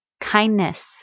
Kindness